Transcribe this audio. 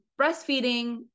breastfeeding